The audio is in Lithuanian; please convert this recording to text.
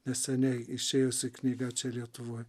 neseniai išėjusi knyga čia lietuvoj